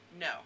No